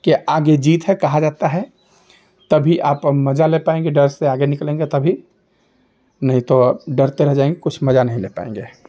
के आगे जीत है कहा जाता है तभी आप मज़ा ले पाएँगे डर से आगे निकलेंगे तभी नहीं तो डरते रह जाएँगे कुछ मज़ा नहीं ले पाएँगे